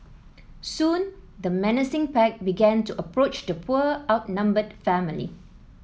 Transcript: soon the menacing pack began to approach the poor outnumbered family